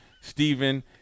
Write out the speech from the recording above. Stephen